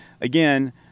again